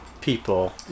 people